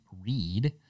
read